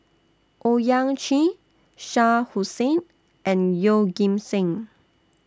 Owyang Chi Shah Hussain and Yeoh Ghim Seng